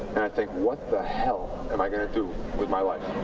and i think, what the hell am i going to do with my life?